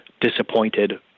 disappointed